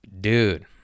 dude